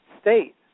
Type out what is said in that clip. state